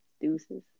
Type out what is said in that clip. Deuces